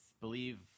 believe